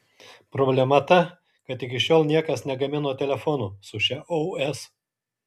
problema ta kad iki šiol niekas negamino telefonų su šia os